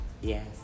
Yes